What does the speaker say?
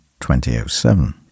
2007